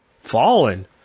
Fallen